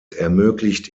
ermöglicht